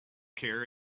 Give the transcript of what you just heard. care